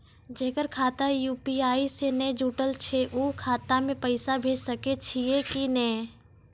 जेकर खाता यु.पी.आई से नैय जुटल छै उ खाता मे पैसा भेज सकै छियै कि नै?